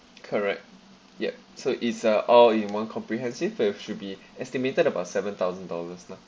correct yup so it's a all in one comprehensive that should be estimated about seven thousand dollars lah